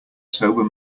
sober